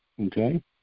okay